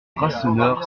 rasseneur